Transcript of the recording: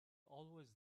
always